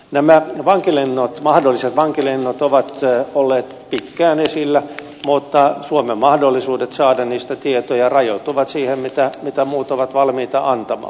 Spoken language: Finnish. nämä mahdolliset vankilennot ovat olleet pitkään esillä mutta suomen mahdollisuudet saada niistä tietoja rajoittuvat siihen mitä muut ovat valmiita antamaan